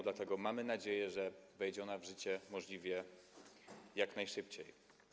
Dlatego mamy nadzieję, że wejdzie ona w życie możliwie jak najszybciej.